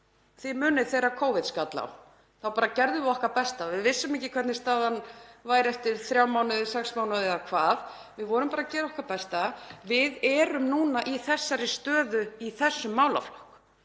þið munið að þegar Covid skall á þá gerðum við okkar besta og vissum ekki hvernig staðan yrði eftir þrjá mánuði, sex mánuði eða hvað. Við vorum bara að gera okkar besta. Við erum núna í þessari stöðu í þessum málaflokki.